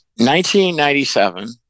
1997